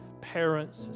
parents